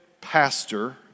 pastor